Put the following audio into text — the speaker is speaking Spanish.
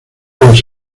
los